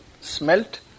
smelt